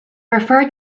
referred